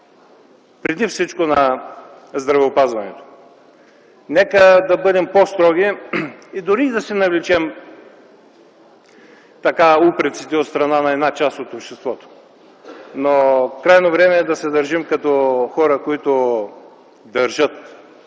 преди всичко на здравеопазването. Нека да бъдем по-строги, дори и да си навлечем упреците от страна на една част от обществото. Но крайно време е да се държим като хора, които държат